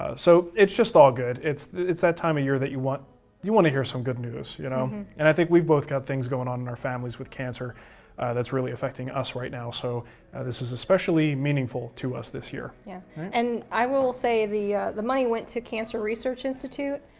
ah so it's just all good. it's it's that time of year that you want you want to hear some good news, you know and i think we've both got things going on in our families with cancer that's really affecting us right now, so this is especially meaningful to us this year. yeah and i will will say the the money went to cancer research institute.